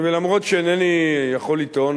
ואף שאינני יכול לטעון